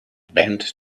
bent